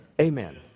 Amen